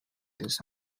this